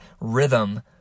rhythm